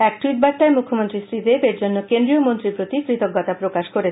এক টুইট বার্তায় মুখ্যমন্ত্রী শ্রীদেব কেন্দ্রীয় মন্ত্রীরপ্রতি কতজ্ঞতা প্রকাশ করেছেন